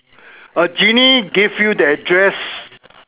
a genie gave you the address